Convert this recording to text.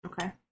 Okay